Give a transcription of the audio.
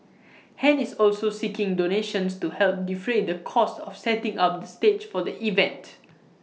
han is also seeking donations to help defray the cost of setting up the stage for the event